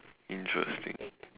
interesting